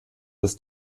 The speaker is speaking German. das